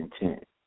intent